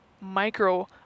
micro